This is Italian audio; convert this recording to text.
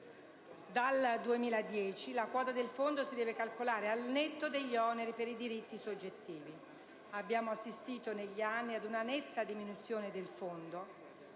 Dal 2010 la quota del fondo si deve calcolare al netto degli oneri per i diritti soggettivi. Abbiamo assistito negli anni ad una netta diminuzione del fondo;